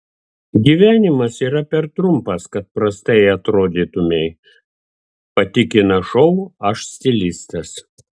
gyvenimas yra per trumpas kad prastai atrodytumei patikina šou aš stilistas